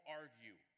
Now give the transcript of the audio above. argue